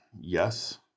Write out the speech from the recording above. yes